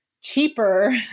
cheaper